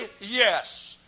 yes